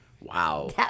Wow